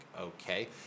okay